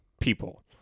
people